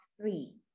three